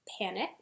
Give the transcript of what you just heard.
panic